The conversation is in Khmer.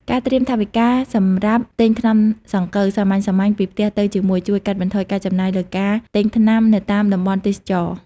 ការត្រៀមថវិកាសម្រាប់ទិញថ្នាំសង្កូវសាមញ្ញៗពីផ្ទះទៅជាមួយ ជួយកាត់បន្ថយការចំណាយលើការទិញថ្នាំនៅតាមតំបន់ទេសចរណ៍។